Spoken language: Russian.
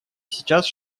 сейчас